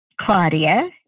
Claudia